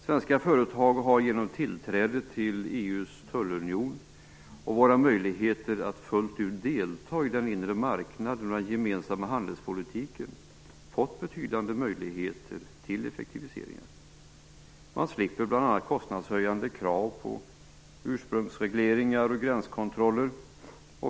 Svenska företag har genom tillträdet till EU:s tullunion och genom våra möjligheter att fullt ut delta i den inre marknaden och den gemensamma handelspolitiken fått betydande möjligheter till effektiviseringar. Man slipper bl.a. kostnadshöjande krav på ursprungsregler och gränskontroller.